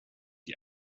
die